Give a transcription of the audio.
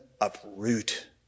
uproot